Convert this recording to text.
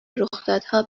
رخدادها